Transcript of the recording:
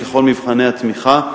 ככל מבחני התמיכה,